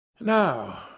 now